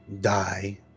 die